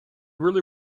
really